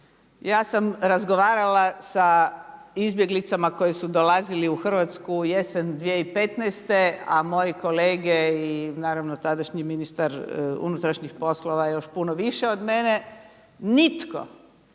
Ja sam razgovarala sa izbjeglicama koje su dolazili u Hrvatsku u jesen 2015., a moji kolege i naravno tadašnji ministar unutrašnjih poslova još puno više od mene, nitko,